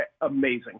amazing